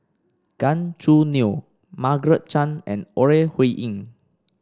Gan Choo Neo Margaret Chan and Ore Huiying